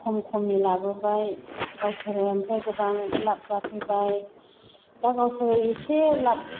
खम खमनि लाबोबाय गावसोरो ओमफ्राय गोबां लाप जाफैबाय दा गावसोरो एसे लाप